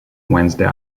wednesday